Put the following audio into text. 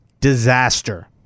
disaster